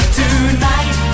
tonight